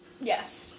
Yes